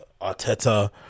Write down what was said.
Arteta